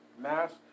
Mask